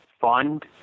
fund